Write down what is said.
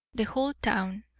the whole town,